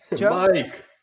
Mike